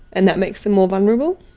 and that makes them more vulnerable.